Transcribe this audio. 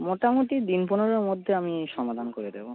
মোটামুটি দিন পনেরোর মধ্যে আমি সমাধান করে দেবো